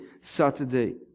Saturday